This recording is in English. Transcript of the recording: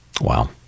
Wow